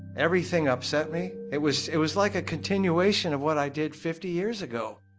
everything upset me. it was it was like a continuation of what i did fifty years ago